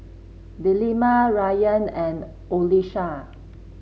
Delima Rayyan and Qalisha